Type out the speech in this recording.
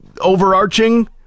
overarching